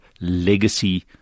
legacy